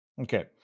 Okay